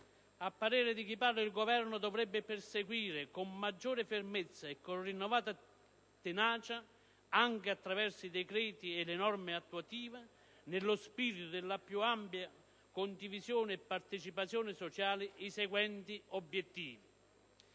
A parere di chi parla il Governo dovrebbe perseguire con maggiore fermezza e con rinnovata tenacia, anche attraverso i decreti e le norme attuative, nello spirito della più ampia condivisione e partecipazione sociale, i seguenti obiettivi: